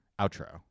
outro